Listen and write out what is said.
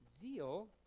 zeal